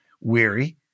weary